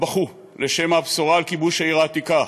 בכו לשמע הבשורה על כיבוש העיר העתיקה"